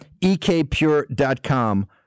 ekpure.com